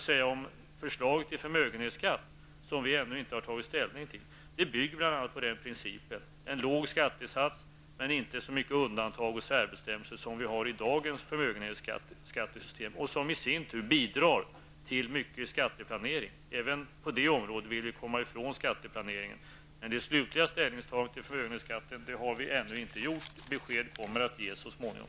Det förslag till förmögenhetsskatt som vi ännu inte har tagit ställning till bygger bl.a. på principen om en låg skattesats men med inte så många undantag och särbestämmelser som vi har i dagens förmögenhetsskattesystem, vilka i sin tur bidrar till omfattande skatteplanering. Även på detta område vill vi komma ifrån skatteplaneringen. Men det slutliga ställningstagandet till förmögenhetsskatten har regeringen ännu inte gjort. Beskedet kommer att ges så småningom.